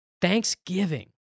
Thanksgiving